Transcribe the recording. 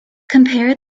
compare